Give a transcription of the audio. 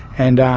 and